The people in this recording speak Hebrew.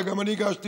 וגם אני הגשתי,